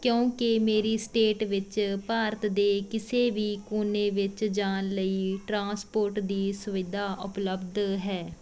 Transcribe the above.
ਕਿਉਂਕਿ ਮੇਰੀ ਸਟੇਟ ਵਿੱਚ ਭਾਰਤ ਦੇ ਕਿਸੇ ਵੀ ਕੋਨੇ ਵਿੱਚ ਜਾਣ ਲਈ ਟਰਾਂਸਪੋਰਟ ਦੀ ਸੁਵਿਧਾ ਉਪਲੱਬਧ ਹੈ